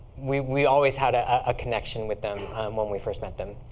we we always had a ah connection with them when we first met them.